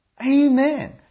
Amen